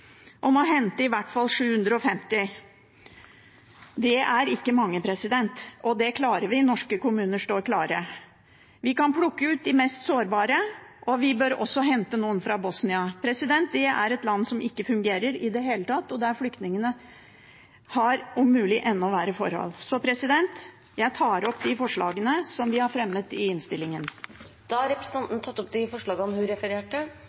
hente i hvert fall 750. Det er ikke mange, og det klarer vi. Norske kommuner står klare. Vi kan plukke ut de mest sårbare. Vi bør også hente noen fra Bosnia. Det er et land som ikke fungerer i det hele tatt, og der flyktningene – om mulig – har enda verre forhold. Jeg tar opp de forslagene vi har fremmet i innstillingen. Representanten Karin Andersen har tatt opp de forslagene hun refererte til.